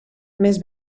més